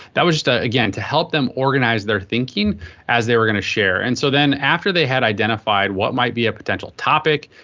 that was just ah again to help them organize their thinking as they were going to share. and so then after they have identified what might be a potential topic,